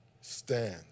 stand